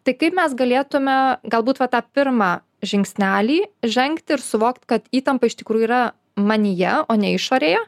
tai kaip mes galėtume galbūt va tą pirmą žingsnelį žengt ir suvokt kad įtampa iš tikrųjų yra manyje o ne išorėje